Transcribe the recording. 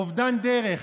אובדן דרך,